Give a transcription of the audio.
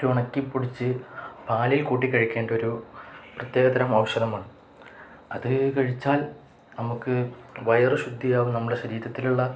ഉണക്കിപ്പൊടിച്ചു പാലിൽ കൂട്ടിക്കഴിക്കേണ്ട ഒരു പ്രത്യേക തരം ഔഷധമാണ് അത് കഴിച്ചാൽ നമുക്ക് വയറു ശുദ്ധിയാകും നമ്മുടെ ശരീരത്തിലുള്ള